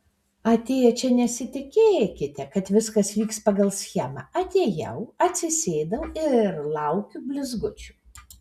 atėję čia nesitikėkite kad viskas vyks pagal schemą atėjau atsisėdau ir laukiu blizgučių